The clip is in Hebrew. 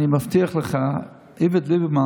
אני מבטיח לך, איווט ליברמן